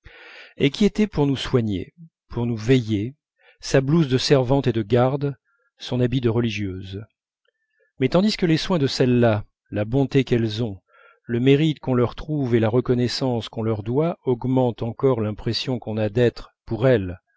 et qui était pour nous soigner pour nous veiller sa blouse de servante et de garde son habit de religieuse mais tandis que les soins de celles-là la bonté qu'elles ont le mérite qu'on leur trouve et la reconnaissance qu'on leur doit augmentent encore l'impression qu'on a d'être pour elles